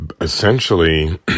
Essentially